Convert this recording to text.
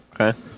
Okay